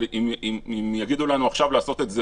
אבל אם יגידו לנו עכשיו לעשות את זה